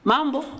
Mambo